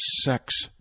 sex